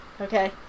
okay